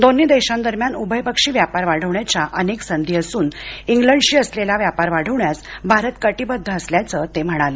दोन्ही देशांदरम्यान उभयपक्षी व्यापार वाढविण्याच्या अनेक संधी असून इंग्लंडशी असलेला व्यापार वाढवण्यास भारत कटिबद्ध असल्याचे ते म्हणाले